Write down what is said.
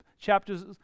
chapters